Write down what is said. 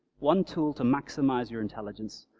one tool to maximize your intelligence,